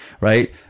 right